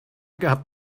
got